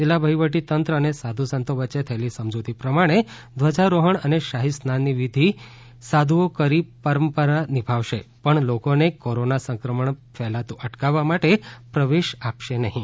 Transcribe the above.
જિલ્લા વહીવટી તંત્ર અને સાધુ સંતો વછે થયેલી સમજૂતી પ્રમાણે ધજારોહન અને શાહીસ્નાન ની વિઘિ સાધુઓ કરી પરંપરા નિભાવશે પણ લોકો ને કોરોના સંક્રમણ ફેલાતું અટકાવવા માટે પ્રવેશ આપશે નહીં